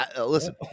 listen